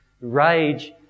Rage